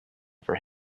for